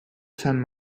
san